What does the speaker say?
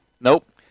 Nope